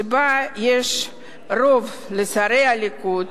שיש בה יש רוב לשרי הליכוד,